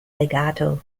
legato